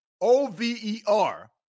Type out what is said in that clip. O-V-E-R